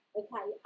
okay